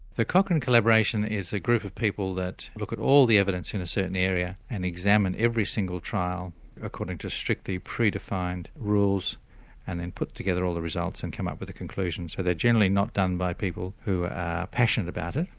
the cochrane collaboration is a group of people that look at all the evidence in a certain area and examine every single trial according to strictly pre-defined rules and then put together all the results and come up with a conclusion. so they are generally not done by people who are passionate about it,